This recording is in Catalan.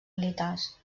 militars